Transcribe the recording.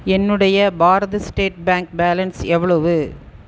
என்னுடைய Bharat state bank balance எவ்வளவு